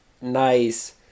nice